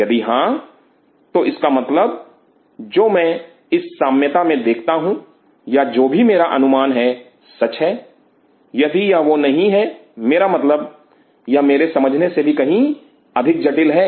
यदि हां तो इसका मतलब जो मैं इस साम्यता में देखता हूं या जो भी मेरा अनुमान है सच है यदि यह वह नहीं है मेरा मतलब यह मेरे समझने से भी कहीं अधिक जटिल है